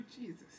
Jesus